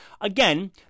again